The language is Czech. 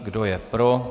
Kdo je pro?